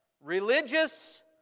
religious